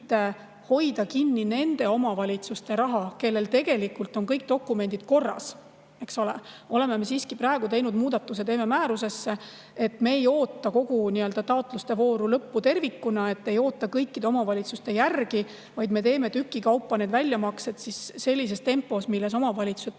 hoida kinni nende omavalitsuste raha, kellel tegelikult on kõik dokumendid korras, oleme teinud määrusesse muudatuse, et me ei oota kogu taotluste vooru lõppu tervikuna, ei oota kõikide omavalitsuste järgi, vaid teeme tüki kaupa need väljamaksed sellises tempos, milles omavalitsused